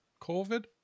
COVID